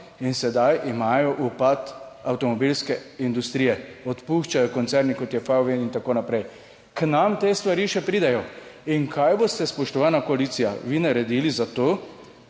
in sedaj imajo upad avtomobilske industrije, odpuščajo koncerni, kot je Fain(?) in tako naprej. K nam te stvari še pridejo. In kaj boste, spoštovana koalicija, vi naredili za to,